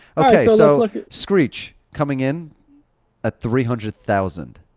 okay, so like screech coming in at three hundred thousand.